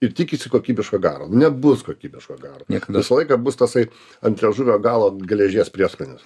ir tikisi kokybiško garo nebus kokybiško garo visą laiką bus tasai ant liežuvio galo geležies prieskonis